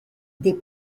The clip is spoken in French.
des